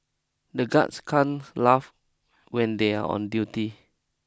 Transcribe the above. the guards can't laugh when they are on duty